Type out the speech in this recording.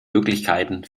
möglichkeiten